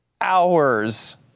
hours